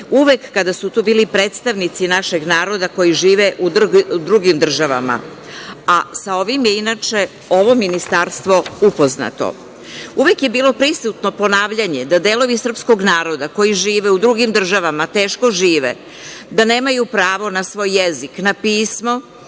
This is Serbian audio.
uvek kada su tu bili predstavnici našeg naroda koji žive u drugim državama. Sa ovim je, inače, ovo ministarstvo upoznato. Uvek je bilo prisutno ponavljanje da delovi srpskog naroda koji žive u drugim državama teško žive, da nemaju pravo na svoj jezik, na pismo